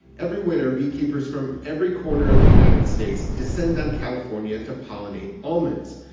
every winter, beekeepers from every corner of the united states descend on california to pollinate almonds.